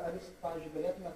ar jūs pavyzdžiui galėtumėt